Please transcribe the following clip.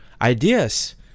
ideas